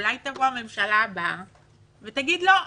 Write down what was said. אולי תבוא הממשלה הבאה ותגיד: לא,